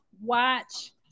watch